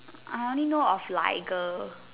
I only know of lager